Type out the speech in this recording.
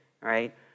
Right